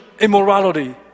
immorality